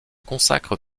consacre